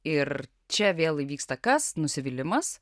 ir čia vėl įvyksta kas nusivylimas